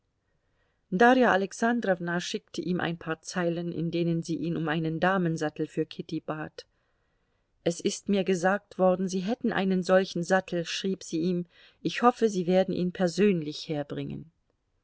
darja alexandrowna schickte ihm ein paar zeilen in denen sie ihn um einen damensattel für kitty bat es ist mir gesagt worden sie hätten einen solchen sattel schrieb sie ihm ich hoffe sie werden ihn persönlich herbringen